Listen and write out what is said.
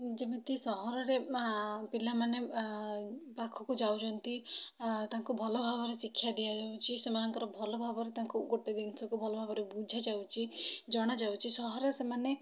ଯେମିତି ସହରର ପିଲାମାନେ ପାଖକୁ ଯାଉଛନ୍ତି ତାଙ୍କୁ ଭଲ ଭାବରେ ଶିକ୍ଷା ଦିଆଯାଉଛି ସେମାନଙ୍କର ଭଲ ଭାବରେ ତାଙ୍କୁ ଗୋଟେ ଜିନିଷକୁ ଭଲ ଭାବରେ ବୁଝାଯାଉଛି ଜଣାଯାଉଛି ସହରର ସେମାନେ